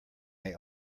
they